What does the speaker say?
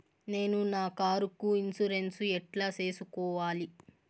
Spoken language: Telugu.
నేను నా కారుకు ఇన్సూరెన్సు ఎట్లా సేసుకోవాలి